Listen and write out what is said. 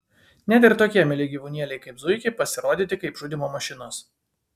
net ir tokie mieli gyvūnėliai kaip zuikiai pasirodyti kaip žudymo mašinos